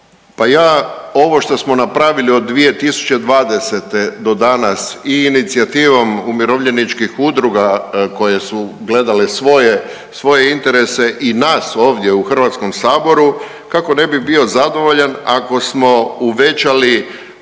Pa ja ovo što smo napravili od 2020. do danas i inicijativom umirovljeničkih udruga koje su gledale svoje interese i nas ovdje u Hrvatskom saboru kako ne bih bio zadovoljan ako smo uvećali